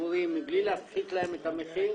ציבוריים מבלי להפחית להן את המחיר,